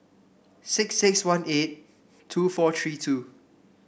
six six one eight two four three two